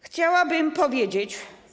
Chciałabym powiedzieć.